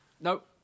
Nope